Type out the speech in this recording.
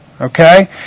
Okay